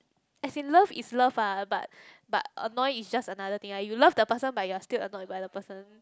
as in love is love ah but but annoy is just another thing ah you love that person but you're still annoyed by that person